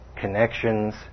connections